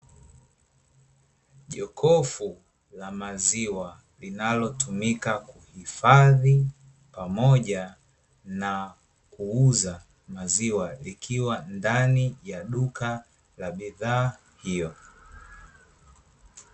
Jokofu la maziwa linalotumika kuhifadhi pamoja na kuuza maziwa, likiwa ndani ya duka la bidhaa hiyo.